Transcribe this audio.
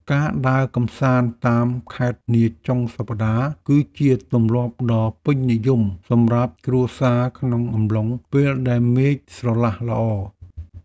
ការដើរកម្សាន្តតាមខេត្តនាចុងសប្តាហ៍ គឺជាទម្លាប់ដ៏ពេញនិយមសម្រាប់គ្រួសារក្នុងអំឡុងពេលដែលមេឃស្រឡះល្អ។